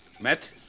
Met